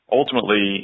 ultimately